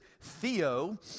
Theo